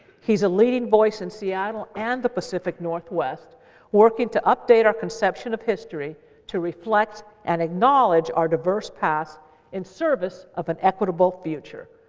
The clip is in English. he's a leading voice in seattle and the pacific northwest working to update our conception of history to reflect and acknowledge our diverse past in service of an equitable future.